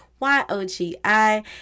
Y-O-G-I